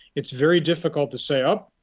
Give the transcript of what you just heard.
it's very difficult to say, up,